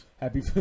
Happy